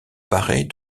barrée